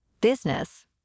business